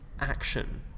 action